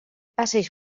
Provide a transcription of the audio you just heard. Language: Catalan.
passeig